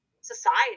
society